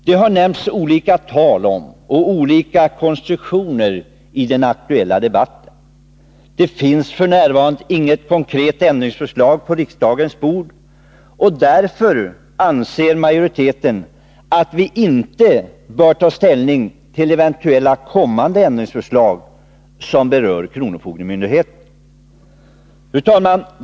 Det har nämnts olika siffror och olika konstruktioner i den aktuella debatten. Det finns f. n. inget konkret ändringsförslag på riksdagens bord, och majoriteten anser inte att vi bör ta ställning till ett eventuellt kommande 47 Fru talman!